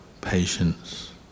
patience